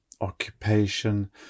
occupation